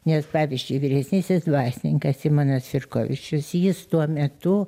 nes pavyzdžiui vyresnysis dvasininkas simonas firkovičius jis tuo metu